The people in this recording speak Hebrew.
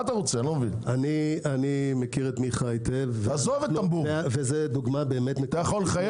אני מכיר את מיכה היטב וזו דוגמה נקודתית.